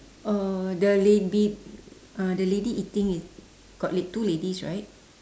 uh the lady uh the lady eating got la~ two ladies right